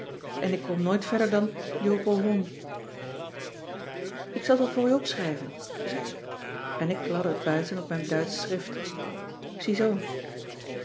en ik kom nooit verder dan jopohon ik zal t wel voor u opschrijven zei ik en ik kladde het buiten op mijn duitsch schrift ziezoo